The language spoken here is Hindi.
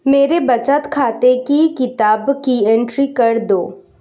मेरे बचत खाते की किताब की एंट्री कर दो?